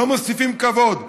שלא מוסיפים כבוד,